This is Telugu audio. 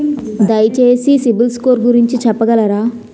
దయచేసి సిబిల్ స్కోర్ గురించి చెప్పగలరా?